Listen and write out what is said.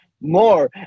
more